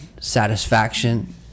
satisfaction